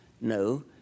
No